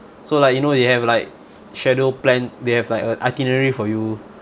so like you know they have like schedule plan they have like a itinerary for you